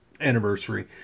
anniversary